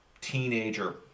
teenager